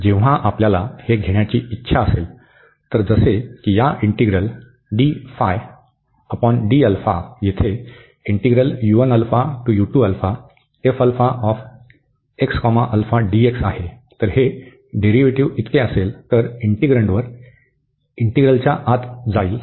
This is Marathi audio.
जेव्हा आपल्याला हे घेण्याची इच्छा असेल तर जसे की या इंटीग्रल येथे आहे तर हे डेरीव्हेटिव इतके असेल तर इंटिग्रन्डवर इंटीग्रलच्या आत जाईल